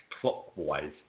clockwise